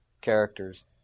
characters